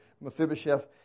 Mephibosheth